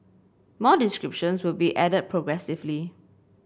more descriptions will be added progressively